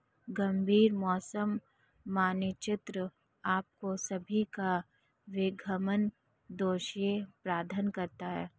गंभीर मौसम मानचित्र आपको सभी का विहंगम दृश्य प्रदान करता है